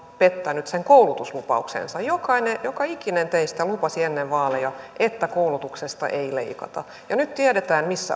pettänyt sen koulutuslupauksensa joka ikinen teistä lupasi ennen vaaleja että koulutuksesta ei leikata ja nyt tiedetään missä